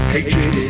Hatred